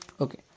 okay